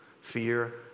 Fear